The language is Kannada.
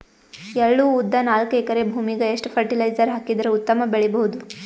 ಎಳ್ಳು, ಉದ್ದ ನಾಲ್ಕಎಕರೆ ಭೂಮಿಗ ಎಷ್ಟ ಫರಟಿಲೈಜರ ಹಾಕಿದರ ಉತ್ತಮ ಬೆಳಿ ಬಹುದು?